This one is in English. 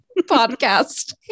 podcast